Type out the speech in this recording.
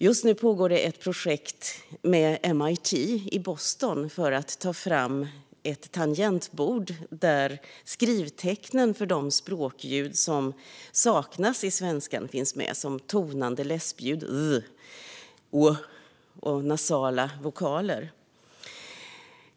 Just nu pågår ett projekt i samarbete med MIT i Boston för att ta fram ett tangentbord där skrivtecknen för de språkljud som saknas i svenskan finns med, som tonande läspljud och nasala vokaler.